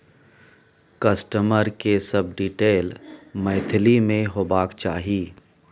customer के सब detail Maithili में होबाक चाही